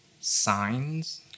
signs